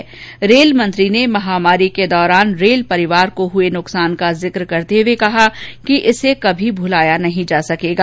जिसे रेल मंत्री ने महामारीके दौरान रेल परिवार को हुए नुकसान का जिक्र करते हुए कहा कि इसे कभी नहीं भुलाया जासकेगा